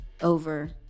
over